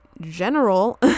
general